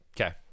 okay